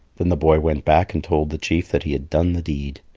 then the boy went back and told the chief that he had done the deed.